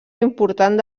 important